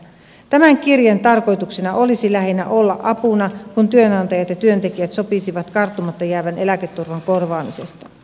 tämän kirjeen tarkoituksena olisi lähinnä olla apuna kun työnantajat ja työntekijät sopisivat karttumatta jäävän eläketurvan korvaamisesta